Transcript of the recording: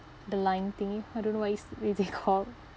the line thing I don't know what is it really called